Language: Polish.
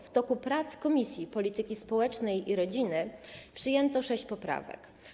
W toku prac Komisji Polityki Społecznej i Rodziny przyjęto sześć poprawek.